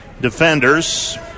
defenders